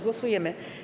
Głosujemy.